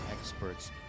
experts